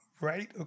right